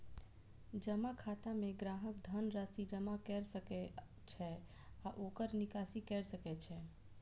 जमा खाता मे ग्राहक धन राशि जमा कैर सकै छै आ ओकर निकासी कैर सकै छै